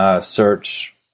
search